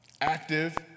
active